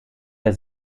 der